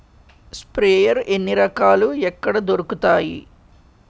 Sprayer ఎన్ని రకాలు? ఎక్కడ దొరుకుతాయి?